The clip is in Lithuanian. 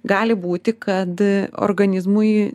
gali būti kad organizmui